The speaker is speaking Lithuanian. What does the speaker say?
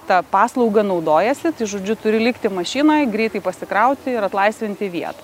ta paslauga naudojasi žodžiu turi likti mašinoj greitai pasikrauti ir atlaisvinti vietą